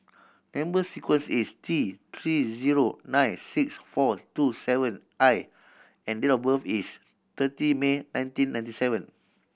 number sequence is T Three zero nine six four two seven I and date of birth is thirty May nineteen ninety seven